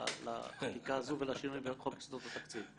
לחקיקה הזו ולשינוי בחוק יסודות התקציב.